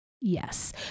Yes